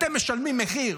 אתם משלמים מחיר,